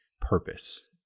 purpose